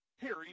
Harry